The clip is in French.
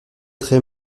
très